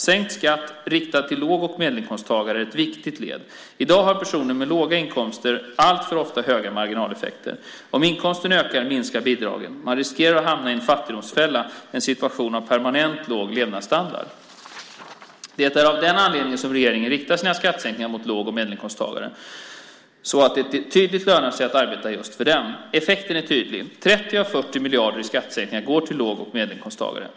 Sänkt skatt riktad till låg och medelinkomsttagare är ett viktigt led. I dag har personer med låga inkomster alltför ofta höga marginaleffekter. Om inkomsten ökar minskar bidragen. Man riskerar att hamna i en fattigdomsfälla, en situation med permanent låg levnadsstandard. Det är av den anledningen som regeringen riktar sina skattesänkningar mot låg och medelinkomsttagare så att det tydligt lönar sig att arbeta för just dem. Effekten är tydlig. 30 av 40 miljarder i skattesänkningar går till låg och medelinkomsttagare.